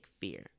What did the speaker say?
fear